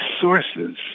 sources